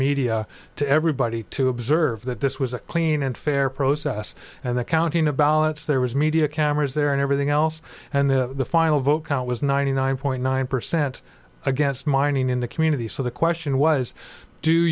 media to everybody to observe that this was a clean and fair process and the counting of ballots there was media cameras there and everything else and then the final vote count was ninety nine point nine percent against mining in the community so the question was do